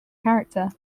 character